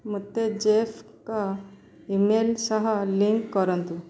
ମୋତେ ଜେଫ୍ ଙ୍କ ଇମେଲ୍ ସହ ଲିଙ୍କ୍ କରନ୍ତୁ